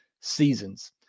seasons